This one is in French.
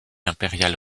impériale